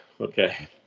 Okay